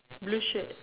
blue shirt